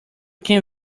can